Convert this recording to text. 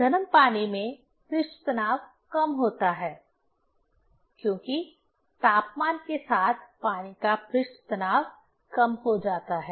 गरम पानी में पृष्ठ तनाव कम होता है क्योंकि तापमान के साथ पानी का पृष्ठ तनाव कम हो जाता है